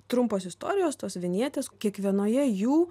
trumpos istorijos tos vinjetės kiekvienoje jų